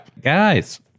Guys